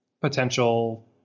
potential